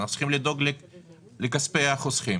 אנחנו צריכים לדאוג לכספי החוסכים